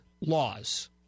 laws